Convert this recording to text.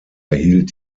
erhielt